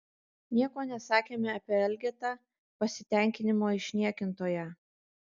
nieko nesakėme apie elgetą pasitenkinimo išniekintoją